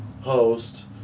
host